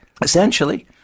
Essentially